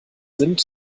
sind